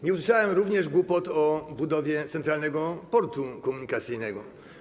Nie usłyszałem również głupot o budowie Centralnego Portu Komunikacyjnego.